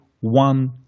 one